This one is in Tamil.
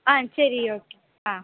ஆ சரி ஓகே ஆ